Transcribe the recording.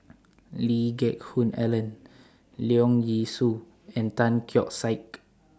Lee Geck Hoon Ellen Leong Yee Soo and Tan Keong Saik